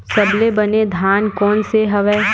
सबले बने धान कोन से हवय?